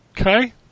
Okay